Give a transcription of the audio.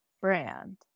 brand